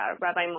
Rabbi